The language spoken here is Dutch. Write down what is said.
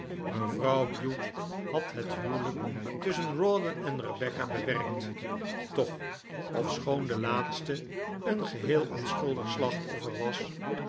mevrouw bute had het huwelijk tusschen rawdon en rebecca bewerkt toch ofschoon de laatste een geheel onschuldig slachtoffer was